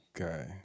Okay